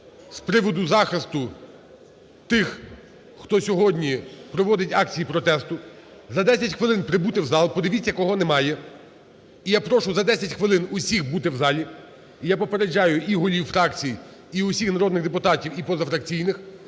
з приводу захисту тих, хто сьогодні проводить акції протесту. За 10 хвилин прибути в зал. Подивіться, кого немає. І я прошу за 10 хвилин всіх бути у залі. І я попереджаю і голів фракцій, і всіх народних депутатів, і позафракційних: